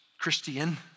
Christian